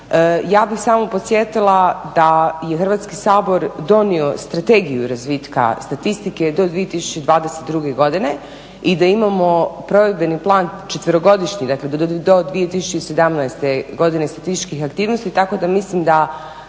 Ja bi samo podsjetila da je Hrvatski sabor donio Strategiju razvitka statistike do 2022.godine i da imamo Provedbeni plan četverogodišnji do 2017.godine statističkih aktivnosti tako da mislim da